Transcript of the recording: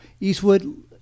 Eastwood